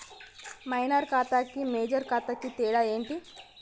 Minor ఖాతా కి major ఖాతా కి తేడా ఏంటి?